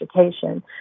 education